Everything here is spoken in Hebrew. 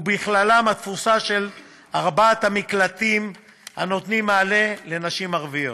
ובכללם התפוסה של ארבעת המקלטים הנותנים מענה לנשים ערביות,